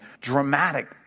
dramatic